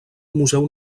museu